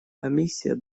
комиссия